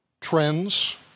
trends